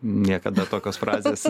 niekada tokios frazės